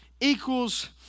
equals